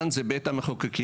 כאן זה בית המחוקקים,